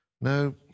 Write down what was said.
No